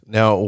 Now